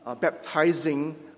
baptizing